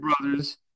Brothers